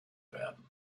werden